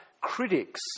critics